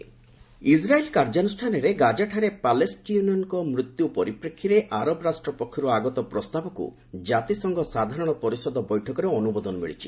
UN Israel Israel କାର୍ଯ୍ୟାନୁଷ୍ଠାନରେ ଗାଜାଠାରେ ପାଲେଷ୍ଟେନୀୟନ୍ଙ୍କ ମୃତ୍ୟୁ ପରିପ୍ରେକ୍ଷୀରେ ଆରବ ରାଷ୍ଟ୍ରପକ୍ଷରୁ ଆଗତ ପ୍ରସ୍ତାବକୁ ଜାତିସଂଘ ସାଧାରଣ ପରିଷଦ ବୈଠକରେ ଅନୁମୋଦନ ମିଳିଛି